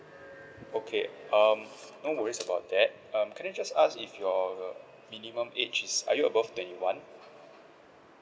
okay um no worries about that um can I just ask if your minimum age is are you above twenty one